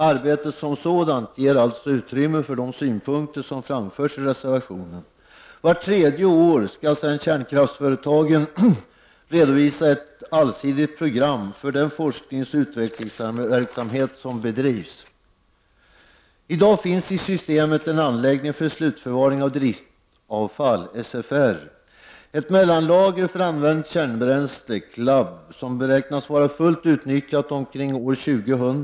Arbetet som sådant ger alltså utrymme för de synpunkter som framförs i reservationen. Vart tredje år skall kärnkraftsföretagen utforma ett allsidigt program för den forskningsoch utvecklingsverksamhet som bedrivs. I dag finns i systemet en anläggning för slutförvaring av driftavfall, SFR, och ett mellanlager för använt kärnbränsle, CLAB, vilka beräknas vara fullt utnyttjade omkring år 2000.